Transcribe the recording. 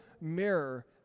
mirror